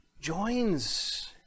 joins